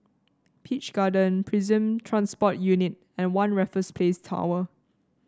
Peach Garden Prison Transport Unit and One Raffles Place Tower